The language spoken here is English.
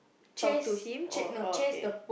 talk to him or or okay